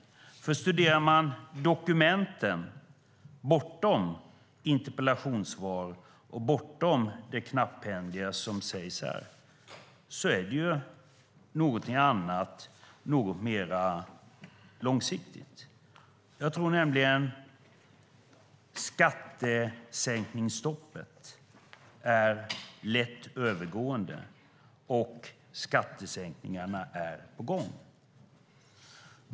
Om man studerar dokumenten bortom interpellationssvar och bortom det knapphändiga som sägs här är det fråga om något mer långsiktigt. Jag tror nämligen att skattesänkningsstoppet är lätt övergående och att skattesänkningarna är på gång.